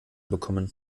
bekommen